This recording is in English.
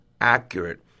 accurate